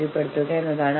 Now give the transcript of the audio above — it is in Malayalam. ഞങ്ങൾ വ്യക്തിപരമാകില്ല